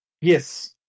Yes